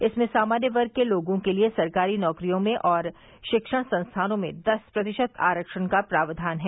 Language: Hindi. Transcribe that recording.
इसमें सामान्य वर्ग के लोगों के लिए सरकारी नौकरियों और शिक्षण संस्थानों में दस प्रतिशत आरक्षण का प्रावधान है